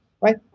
right